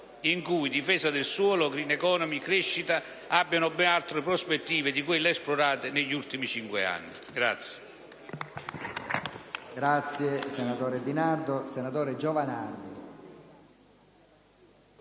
in cui difesa del suolo, *green economy* e crescita abbiano ben altre prospettive di quelle esplorate negli ultimi cinque anni.